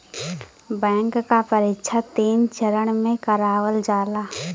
bank क परीक्षा तीन चरण में करावल जाला